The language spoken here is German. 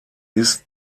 ist